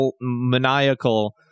maniacal